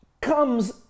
comes